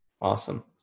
Awesome